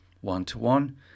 one-to-one